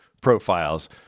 profiles